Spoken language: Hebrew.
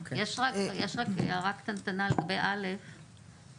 יש רק הערה קטנטנה לגבי (א).